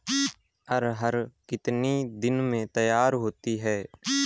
अरहर कितनी दिन में तैयार होती है?